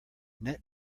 net